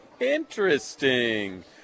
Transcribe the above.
Interesting